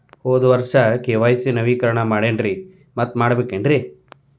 ಹೋದ ವರ್ಷ ಕೆ.ವೈ.ಸಿ ನವೇಕರಣ ಮಾಡೇನ್ರಿ ಮತ್ತ ಮಾಡ್ಬೇಕೇನ್ರಿ?